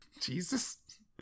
jesus